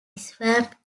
swamp